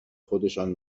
خودشان